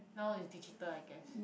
now is digital I guess